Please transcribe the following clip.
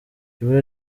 ibura